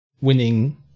winning